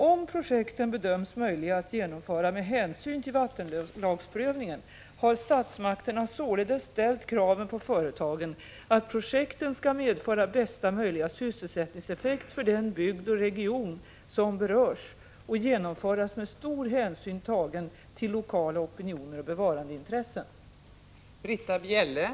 Om projekten bedöms möjliga att genomföra med hänsyn till vattenlagsprövningen har statsmakterna således ställt kraven på företagen att projekten skall medföra bästa möjliga sysselsättningseffekt för den bygd och region som berörs och genomföras med stor hänsyn tagen till lokala opinioner och bevarandeintressen.